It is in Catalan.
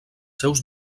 seus